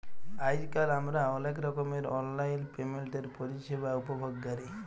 আইজকাল আমরা অলেক রকমের অললাইল পেমেল্টের পরিষেবা উপভগ ক্যরি